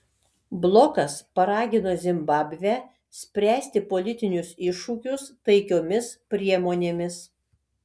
blokas paragino zimbabvę spręsti politinius iššūkius taikiomis priemonėmis